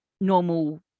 normal